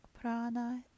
prana